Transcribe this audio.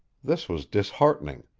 this was disheartening.